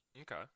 Okay